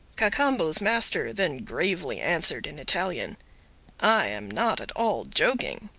cacambo's master then gravely answered in italian i am not at all joking.